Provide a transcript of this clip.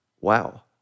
wow